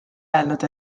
öelnud